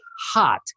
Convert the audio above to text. hot